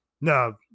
no